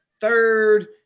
third